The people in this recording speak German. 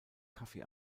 kaffee